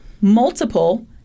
multiple